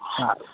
સારું